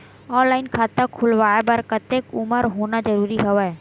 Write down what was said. Online खाता खुलवाय बर कतेक उमर होना जरूरी हवय?